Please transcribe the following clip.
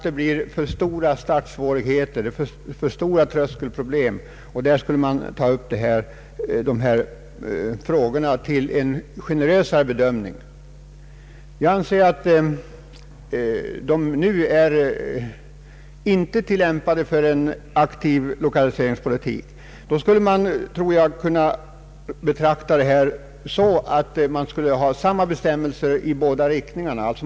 Det blir då för stora start svårigheter, för stora tröskelproblem, och därför borde de frågor jag nämnt få en generösare bedömning. Jag anser att bestämmelserna nu inte är riktigt lämpade för en aktiv lokaliseringspolitik. Jag tror att man borde ha samma bestämmelser för flyttning i båda riktningarna.